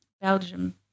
Belgium